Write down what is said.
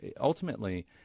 ultimately